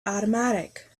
automatic